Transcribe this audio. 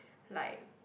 like